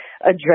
address